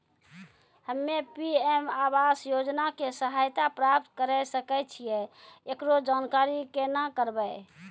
हम्मे पी.एम आवास योजना के सहायता प्राप्त करें सकय छियै, एकरो जानकारी केना करबै?